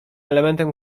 elementem